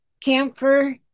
camphor